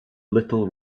little